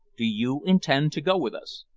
do you intend to go with us?